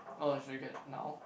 oh should we get now